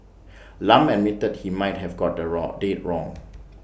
Lam admitted he might have got the wrong date wrong